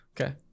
Okay